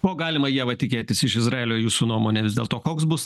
ko galima ieva tikėtis iš izraelio jūsų nuomone vis dėlto koks bus